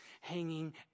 hanging